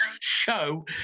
show